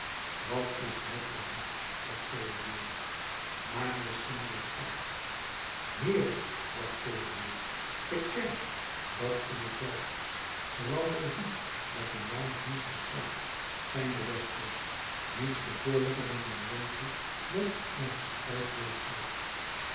wat is hij verliefd dacht théodule marius ging naar de kerk heerlijk dacht théodule de kerk dat is het juist rendez-vous met een weinig mis gekruid zijn de beste niets bekoorlijker dan een lonkje dat langs een kruisbeeld gaat